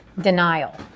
denial